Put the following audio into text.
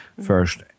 first